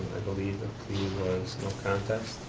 i believe the plea was no contest,